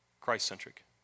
Christ-centric